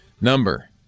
number